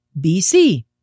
BC